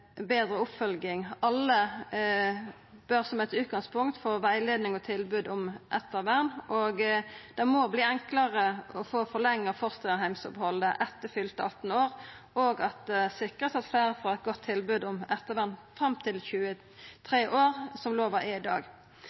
betre oppfølging. Alle bør som eit utgangspunkt få rettleiing og tilbod om ettervern. Det må verta enklare å få forlengt fosterheimopphaldet etter fylte 18 år, og ein må sikra at fleire får eit godt tilbod om ettervern fram til fylte 23 år, som lova er i dag.